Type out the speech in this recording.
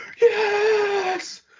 yes